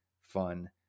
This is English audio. fun